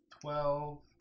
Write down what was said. twelve